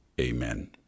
Amen